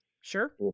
Sure